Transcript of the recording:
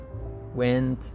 wind